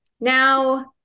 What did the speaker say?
now